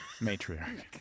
Matriarch